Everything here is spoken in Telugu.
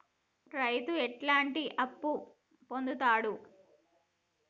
రైతు ఎట్లాంటి అప్పు పొందుతడు?